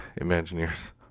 Imagineers